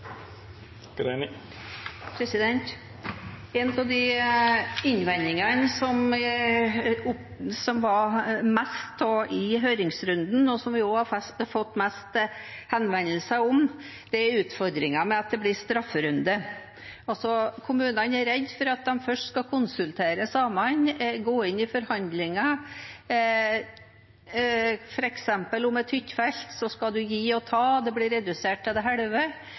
En av de innvendingene som det var mest av i høringsrunden, og som vi også har fått mest henvendelser om, er utfordringer med at det blir strafferunde. Kommunene er redde for at de først skal konsultere samene, så gå inn i forhandlinger, f.eks. om et hyttefelt, og så skal man gi og ta; det blir redusert til det halve.